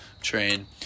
train